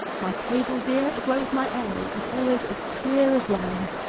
my table-beer, as well as my ale, is always as clear as wine.